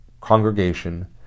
congregation